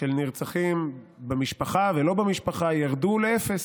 של הנרצחים במשפחה ולא במשפחה ירדו לאפס,